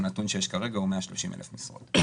הנתון שיש כרגע הוא 130,000 משרות.